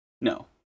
No